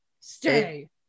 Stay